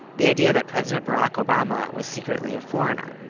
the idea that president barack obama was secretly a foreigner.